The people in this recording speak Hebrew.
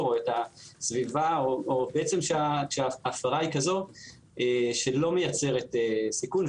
או את הסביבה או כשההפרה היא כזו שלא מייצרת סיכון.